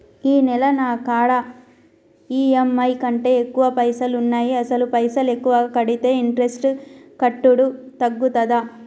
ఈ నెల నా కాడా ఈ.ఎమ్.ఐ కంటే ఎక్కువ పైసల్ ఉన్నాయి అసలు పైసల్ ఎక్కువ కడితే ఇంట్రెస్ట్ కట్టుడు తగ్గుతదా?